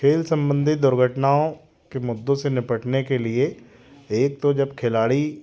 खेल संबंधी दुर्घटनाओं के मुद्दों से निपटने के लिए एक तो जब खिलाड़ी